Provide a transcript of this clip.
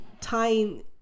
tying